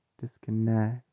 disconnect